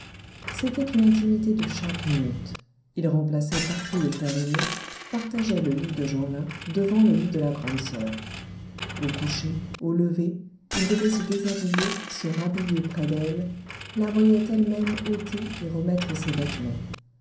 c'était une intimité de chaque minute il remplaçait partout le frère aîné partageait le lit de jeanlin devant le lit de la grande soeur au coucher au lever il devait se déshabiller se rhabiller près d'elle la voyait elle-même ôter et remettre ses vêtements